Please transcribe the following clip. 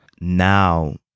Now